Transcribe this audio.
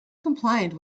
compliant